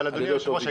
אבל אדוני היושב ראש,